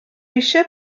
eisiau